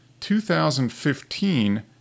2015